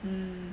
mm